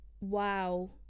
wow